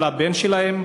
על הבן שלהם.